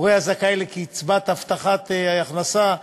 הורה הזכאי לקצבת הבטחת הכנסה,